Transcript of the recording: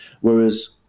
whereas